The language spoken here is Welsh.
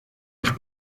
eich